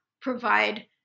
provide